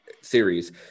series